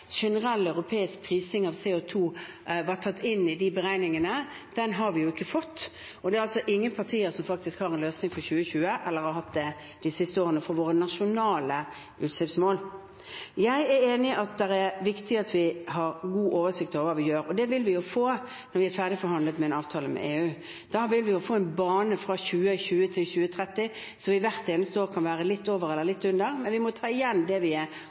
generell europeisk prising av CO2 skulle gi, og som var tatt inn i de beregningene, har vi ikke fått. Det er faktisk ingen partier som har en løsning på våre nasjonale utslippsmål for 2020, eller som har hatt det de siste årene. Jeg er enig i at det er viktig at vi har god oversikt over hva vi gjør. Det vil vi få når vi har ferdigforhandlet en avtale med EU. Da vil vi få en bane fra 2020 til 2030 som vi hvert eneste år vil være litt over eller litt under, men vi må ta igjen det vi er